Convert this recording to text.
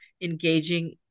engaging